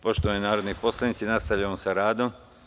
Poštovani narodni poslanici nastavljamo sa radom.